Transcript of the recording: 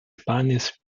spanisch